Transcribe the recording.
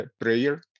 prayer